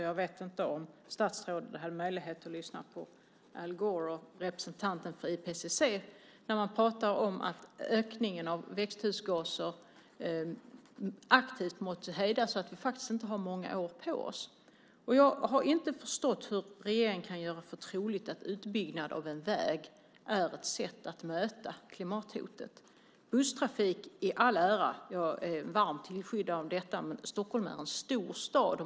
Jag vet inte om statsrådet hade möjlighet att lyssna på Al Gore och representanten för IPCC när de pratade om att ökningen av växthusgaser aktivt måste hejdas och att vi faktiskt inte har många år på oss. Jag har inte förstått hur regeringen kan göra för troligt att utbyggnad av en väg är ett sätt att möta klimathotet. Busstrafik i all ära, och jag är en varm tillskyndare av den, men Stockholm är en stor stad.